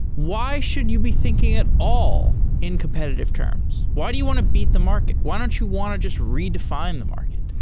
why should you be thinking at all in competitive terms? why do you want to beat the market? why don't you want to just redefi ne and the market?